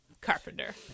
carpenter